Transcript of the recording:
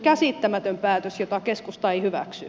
käsittämätön päätös jota keskusta ei hyväksy